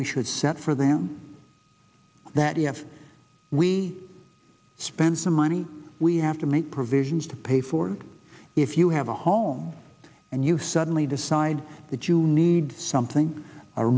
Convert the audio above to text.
we should set for them that you have we spent some money we have to make provisions to pay for if you have a home and you suddenly decide that you need something